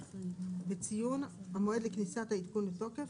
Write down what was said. בציון המועד לכניסת העדכון לתוקף,